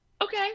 Okay